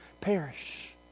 perish